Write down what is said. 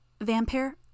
Vampire